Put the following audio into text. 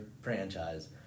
franchise